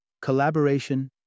collaboration